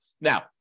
now